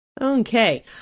Okay